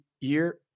year